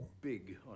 big